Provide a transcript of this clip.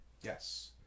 Yes